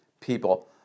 people